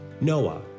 Noah